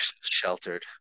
sheltered